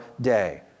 day